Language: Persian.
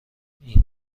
این